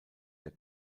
der